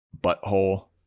butthole